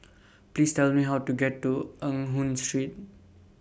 Please Tell Me How to get to Eng Hoon Street